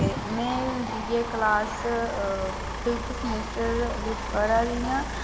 में BA class fifth semester पढ़ा दी आं